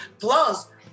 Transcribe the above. Plus